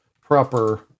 proper